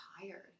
tired